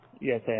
Yes